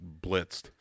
blitzed